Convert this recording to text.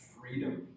freedom